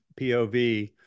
POV